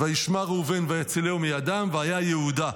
"וישמע ראובן ויצילהו מידם" והיה יהודה.